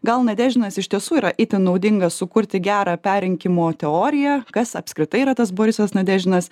gal nadeždinas iš tiesų yra itin naudingas sukurti gerą perrinkimo teoriją kas apskritai yra tas borisas nadeždinas